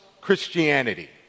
Christianity